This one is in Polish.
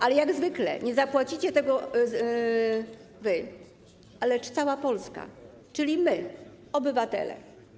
Ale jak zwykle nie zapłacicie tego wy, lecz cała Polska, czyli my, obywatele.